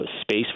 space